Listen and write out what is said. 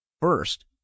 first